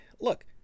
look